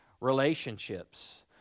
relationships